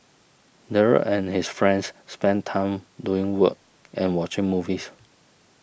Daryl and his friends spent time doing work and watching movies